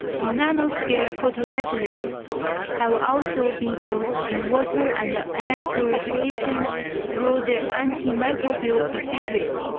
nanoscale photocatalysts have also been used in water and air purification through their antimicrobial behaviour.